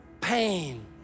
pain